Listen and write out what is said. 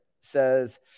says